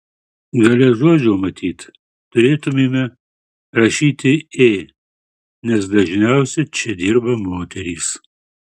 gale žodžio matyt turėtumėme rašyti ė nes dažniausiai čia dirba moterys